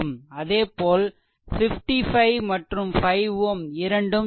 அது 100 Ω ஆகும் அதேபோல் 55 மற்றும் 5 Ω இரண்டும் சீரிஸ்